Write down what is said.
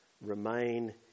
Remain